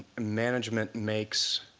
management makes